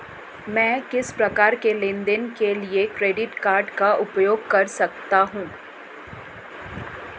मैं किस प्रकार के लेनदेन के लिए क्रेडिट कार्ड का उपयोग कर सकता हूं?